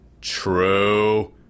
True